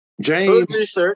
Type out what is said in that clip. James